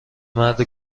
مرد